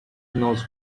knows